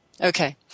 Okay